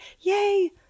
Yay